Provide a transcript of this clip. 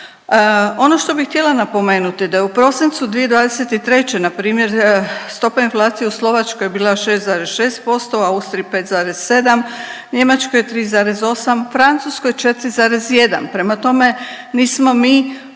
Ono što bih htjela napomenuti, da je u prosincu 2023., npr. stopa inflacije u Slovačkoj bila 6,6%, Austriji 5,7, Njemačkoj 3,8, Francuskoj 4,1, prema tome, nismo mi